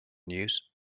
news